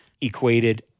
equated